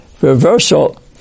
Reversal